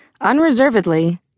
unreservedly